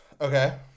Okay